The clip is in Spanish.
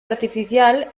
artificial